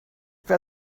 wäre